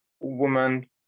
woman